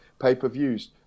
pay-per-views